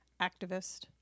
activist